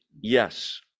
Yes